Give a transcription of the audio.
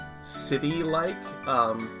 city-like